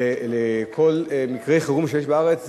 לכל מקרה חירום שיש בארץ,